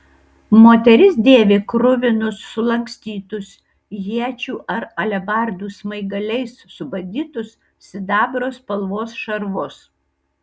moteris dėvi kruvinus sulankstytus iečių ar alebardų smaigaliais subadytus sidabro spalvos šarvus